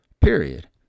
Period